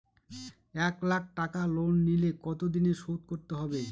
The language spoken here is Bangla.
এক লাখ টাকা লোন নিলে কতদিনে শোধ করতে হবে?